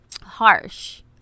harsh